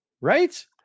right